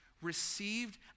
Received